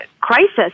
crisis